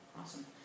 Awesome